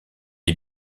est